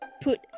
put